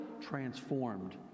transformed